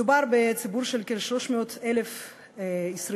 מדובר בציבור של כ-300,000 ישראלים.